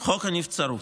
חוק הנבצרות.